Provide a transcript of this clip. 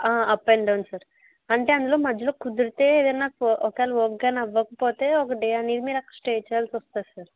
up and down sir అంటే అందులో మధ్యలో కుదిరితే ఏదన్నా ఒకవేళ వర్క్ కాని అవ్వకపోతే ఒక డే అనేది మీరు అక్కడ స్టే చేయాల్సి వస్తుందిది సార్